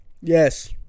Yes